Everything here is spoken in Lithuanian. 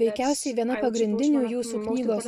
veikiausiai viena pagrindinių jūsų knygos